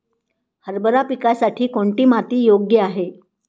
हरभरा पिकासाठी कोणती माती योग्य आहे?